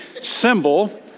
symbol